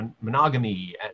monogamy